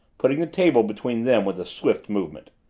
putting the table between them with a swift movement.